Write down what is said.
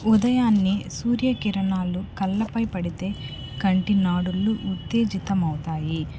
ఉదయాన్నే సూర్య కిరణాలు కళ్ళపై పడితే కంటి నాడులు ఉత్తేజితమవుతాయి